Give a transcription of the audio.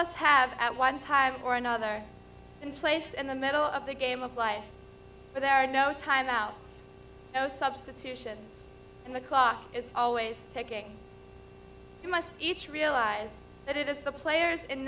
us have at one time or another and placed in the middle of the game of life but there are no time outs no substitution and the clock is always taking you must each realize that it is the players